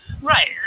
Right